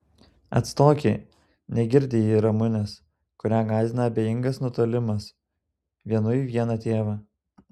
atstoki negirdi ji ramunės kurią gąsdina abejingas nutolimas vienui vieną tėvą